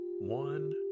one